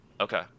Okay